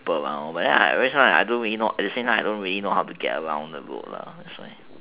around but I don't really know at the same time I don't really know how to get around the road lah that's why